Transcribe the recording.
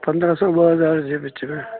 पंद्रहं सौ ॿ हज़ार जे विच में